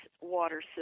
water